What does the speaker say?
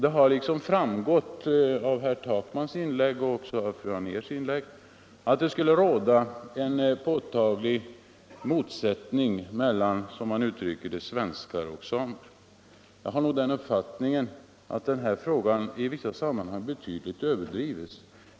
Det har framgått av herr Takmans och fru Anérs inlägg att det skulle råda en påtaglig motsättning mellan, som man uttrycker det, svenskar och samer. Jag har den uppfattningen att den här frågan i detta sammanhang betydligt överdrivs.